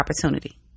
opportunity